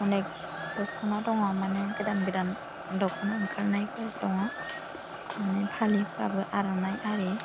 अनेक दख'ना दङ माने गोदान गोदान दख'ना ओंखारनायफोर दङ माने फालिफ्राबो आर'नाइ आरि